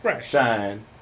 shine